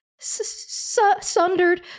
sundered